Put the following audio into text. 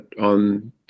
on